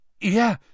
Yeah